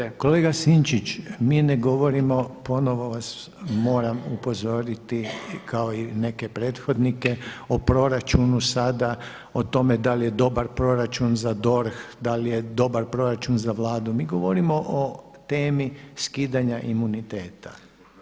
Kolega Sinčić mi ne govorimo ponovo vas moram upozoriti kao i neke prethodnike o proračunu sada o tome da li je dobar proračun za DORH, da li je dobar proračun za Vladu, mi govorimo o temi skidanja imuniteta zbog klevete.